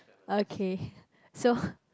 okay so